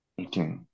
Okay